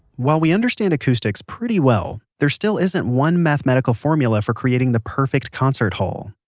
while we understand acoustics pretty well, there still isn't one mathematical formula for creating the perfect concert hall.